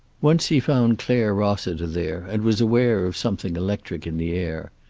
once he found clare rossiter there, and was aware of something electric in the air.